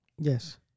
yes